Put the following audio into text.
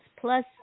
plus